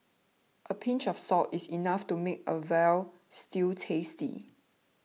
a pinch of salt is enough to make a Veal Stew tasty